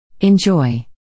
Enjoy